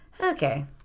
okay